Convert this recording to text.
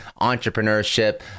entrepreneurship